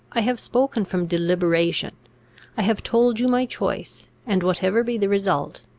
i have spoken from deliberation i have told you my choice, and, whatever be the result,